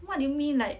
what do you mean like